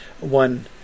one